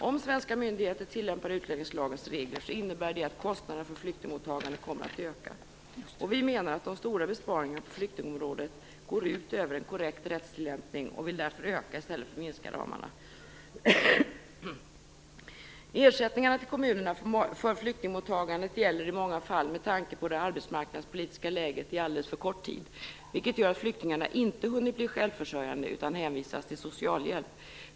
Om svenska myndigheter tillämpar utlänningslagens regler innebär det att kostnaderna för flyktingmottagandet kommer att öka. Vi menar att de stora besparingarna på flyktingområdet går ut över en korrekt rättstillämpning och vill därför öka i stället för att minska ramarna. Ersättningarna till kommunerna för flyktingmottagandet gäller i många fall, med tanke på det arbetsmarknadspolitiska läget, i alldeles för kort tid, vilket gör att flyktingarna inte hunnit bli självförsörjande utan hänvisas till socialhjälp.